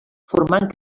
formant